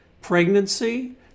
pregnancy